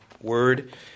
word